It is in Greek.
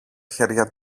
χέρια